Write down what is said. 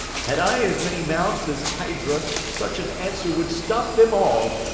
had i as many mouths as hydra, such an answer would stop them all.